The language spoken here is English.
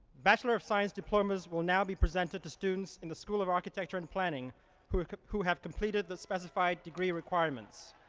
bachelor of science diplomas will now be presented to students in the school of architecture and planning who who have completed the specified degree requirements.